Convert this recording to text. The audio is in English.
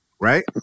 Right